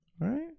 Right